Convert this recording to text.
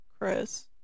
chris